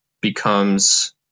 becomes